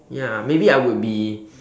ya maybe I would be